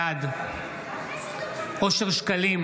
בעד אושר שקלים,